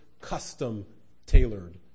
custom-tailored